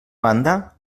banda